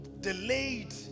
Delayed